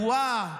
בנבואה,